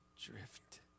drift